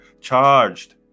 charged